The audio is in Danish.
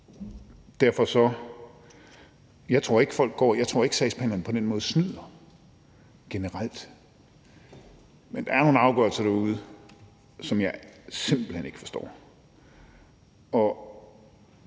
slet ikke. Jeg tror ikke, at sagsbehandlerne på den måde snyder generelt, men der er nogle afgørelser derude, som jeg simpelt hen ikke forstår,